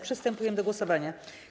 Przystępujemy do głosowania.